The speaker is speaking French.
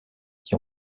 qui